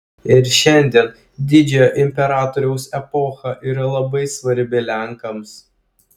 ir šiandien didžiojo imperatoriaus epocha yra labai svarbi lenkams